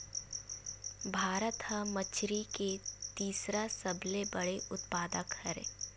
भारत हा मछरी के तीसरा सबले बड़े उत्पादक हरे